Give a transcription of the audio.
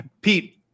Pete